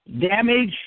damage